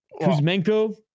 Kuzmenko